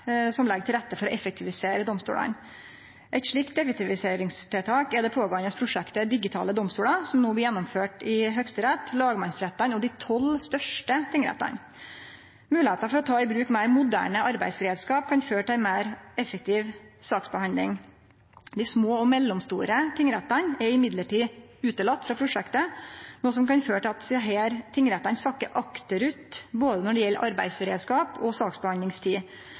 som legg til rette for å effektivisere domstolane. Eit slikt effektiviseringstiltak er det pågåande prosjektet Digitale domstoler, som no blir gjennomført i Høgsterett, lagmannsrettane og dei tolv største tingrettane. Moglegheita for å ta i bruk meir moderne arbeidsreiskap kan føre til ei meir effektiv saksbehandling. Dei små og mellomstore tingrettane er likevel utelatne frå prosjektet, noko som kan føre til at desse tingrettane sakkar akterut når det gjeld både arbeidsreiskap og saksbehandlingstid.